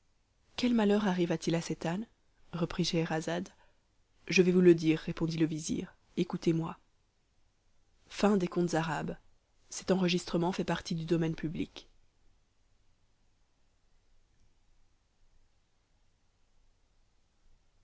quel malheur arriva-t-il à cet âne reprit scheherazade je vais vous le dire répondit le vizir écoutez-moi